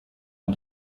man